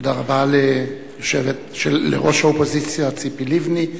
תודה רבה לראש האופוזיציה ציפי לבני.